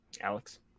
Alex